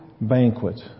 banquet